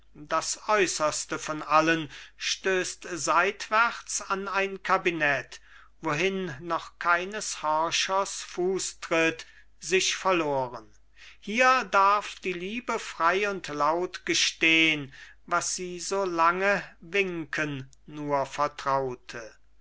das äußerste von allen stößt seitwärts an ein kabinett wohin noch keines horchers fußtritt sich verloren hier darf die liebe frei und laut gestehn was sie so lange winken nur vertraute